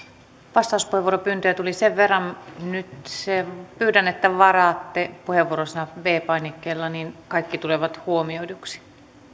vastauspuheenvuoropyyntöjä tuli nyt sen verran että pyydän että varaatte puheenvuorot viidennellä painikkeella niin kaikki tulevat huomioiduksi